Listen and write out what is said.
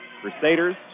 Crusaders